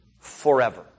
forever